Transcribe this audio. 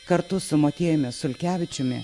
kartu su motiejumi sulkevičiumi